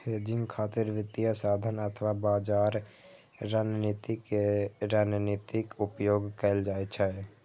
hedging खातिर वित्तीय साधन अथवा बाजार रणनीति के रणनीतिक उपयोग कैल जाइ छै